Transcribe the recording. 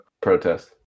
Protest